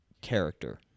character